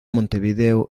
montevideo